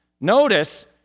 Notice